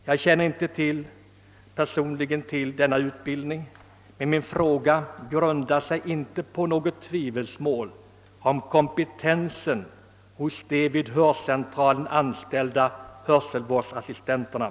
Jag känner inte personligen till denna utbildning, men min fråga föranleddes inte av något tvivel på kompetensen hos de vid hörcentraler anställda hörselvårdsassistenterna.